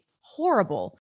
horrible